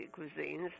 cuisines